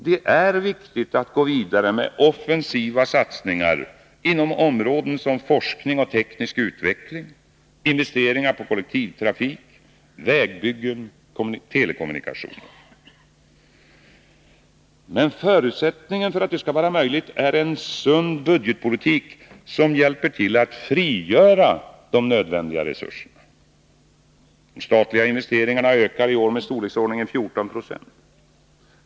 Det är viktigt att vi går vidare med offensiva satsningar inom områden som forskning och teknisk utveckling, kollektivtrafik, vägbyggen och telekommunikationer. Men förutsättningen är en sund budgetpolitik, som hjälper till att frigöra nödvändiga resurser. De statliga investeringarna ökar i år med ca 14 96.